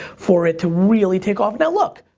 for it to really take off. now, look,